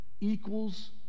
equals